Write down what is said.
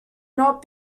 not